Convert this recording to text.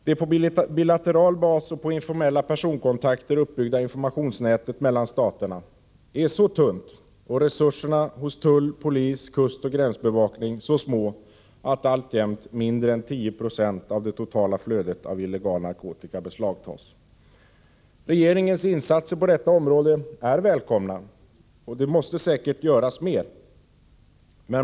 Det på bilateral bas och informella personkontakter uppbyggda informa tionsnätet mellan staterna är så tunt och resurserna hos tull, polis, kustoch gränsbevakning så små att alltjämt mindre än 10 96 av det totala flödet av illegal narkotika beslagtas. Regeringens insatser på detta område är välkomna, men det måste göras mer.